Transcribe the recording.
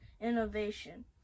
innovation